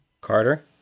Carter